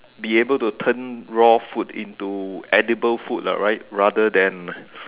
be able to turn raw food into edible food lah right rather than